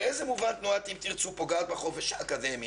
באיזה מובן תנועת "אם תרצו" פוגעת בחופש האקדמי?